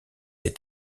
est